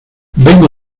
vengo